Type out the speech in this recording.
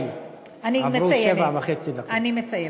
אני מסיימת.